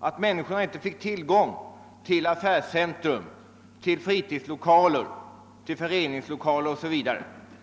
att människorna inte fick tillgång till affärscentra, till fritidslokaler, till föreningslokaler o.s.v.